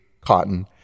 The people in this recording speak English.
cotton